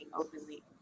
openly